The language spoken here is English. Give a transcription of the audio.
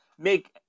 make